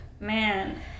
man